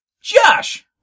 Josh